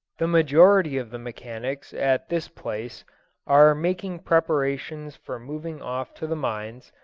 the majority of the mechanics at this place are making preparations for moving off to the mines,